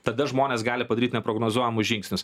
tada žmonės gali padaryt neprognozuojamus žingsnius